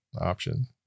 option